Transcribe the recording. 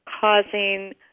causing